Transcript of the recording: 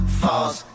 falls